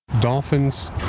Dolphins